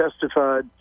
testified